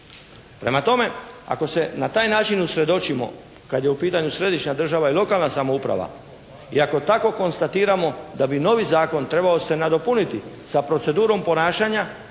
Prema tome, ako se na taj način usredočimo kad je u pitanju središnja država i lokalna samouprava i ako tako konstatiramo da bi novi zakon trebao se nadopuniti sa procedurom ponašanja